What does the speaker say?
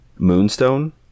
Moonstone